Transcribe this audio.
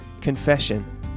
confession